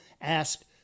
asked